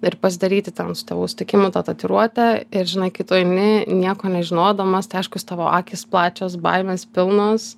ir pasidaryti ten su tėvų sutikimu tą tatuiruotę ir žinai kai tu eini nieko nežinodamas tai aiškus tavo akys plačios baimės pilnos